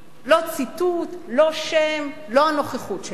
לא ציטוט, לא שם, לא הנוכחות שלי.